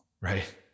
right